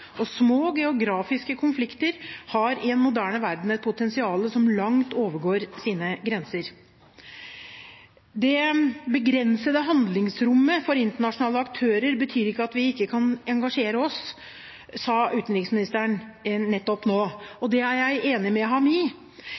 og små geografiske konflikter har i en moderne verden et potensial som langt overgår sine grenser. «Det begrensede handlingsrommet for internasjonale aktører betyr ikke at vi ikke kan engasjere oss», sa utenriksministeren nettopp nå, og det er jeg enig med ham i.